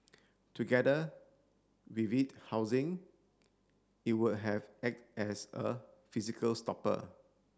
together with it housing it would have act as a physical stopper